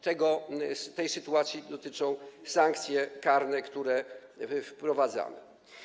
Tej sytuacji dotyczą sankcje karne, które wprowadzamy.